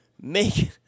Make